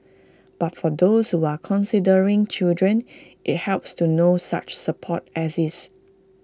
but for those who are considering children IT helps to know such support exists